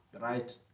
Right